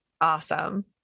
Awesome